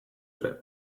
zen